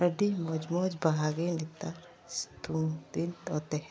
ᱟᱹᱰᱤ ᱢᱚᱡᱪᱼᱢᱚᱡᱽ ᱵᱟᱦᱟᱜᱮ ᱱᱮᱛᱟᱨ ᱥᱤᱛᱩᱝ ᱫᱤᱱ ᱫᱚ ᱛᱮᱦᱮᱱᱟ